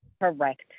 Correct